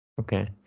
Okay